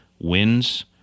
wins